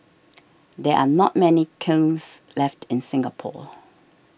there are not many kilns left in Singapore